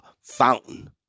fountain